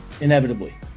inevitably